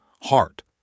heart